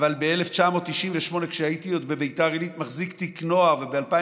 אבל ב-1998 הייתי עוד מחזיק תיק הנוער בביתר עילית,